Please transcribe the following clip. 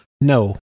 No